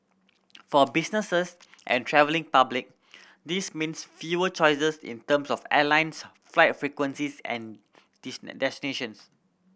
for businesses and travelling public this means fewer choices in terms of airlines flight frequencies and destinations